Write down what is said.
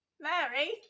Mary